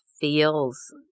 feels